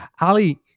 Ali